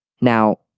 Now